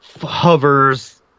hovers